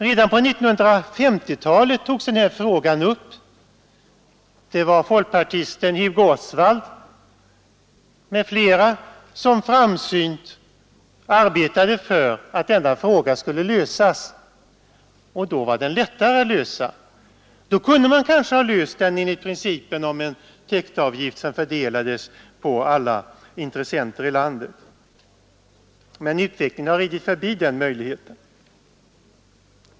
Redan på 1950-talet togs den här frågan upp. Det var folkpartisten Hugo Osvald m.fl. som framsynt arbetade för att denna fråga skulle lösas. Då hade den varit lättare att lösa. Då kunde man kanske ha löst den enligt principen om en täktavgift som fördelats på alla intressenter i landet, men utvecklingen har ridit förbi den möjligheten.